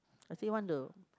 does he want to